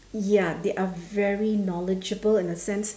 ya they are very knowledgeable in a sense